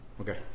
Okay